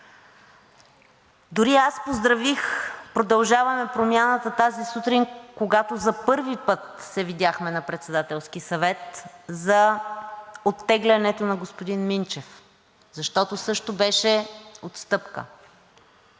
Дори поздравих „Продължаваме Промяната“ тази сутрин, когато за първи път се видяхме на Председателския съвет, за оттеглянето на господин Минчев, защото това също беше отстъпка.